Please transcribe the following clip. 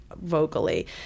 vocally